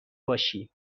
باشی